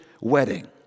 wedding